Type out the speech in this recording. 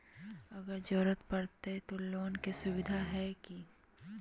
अगर जरूरत परते तो लोन के सुविधा है की?